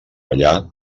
allà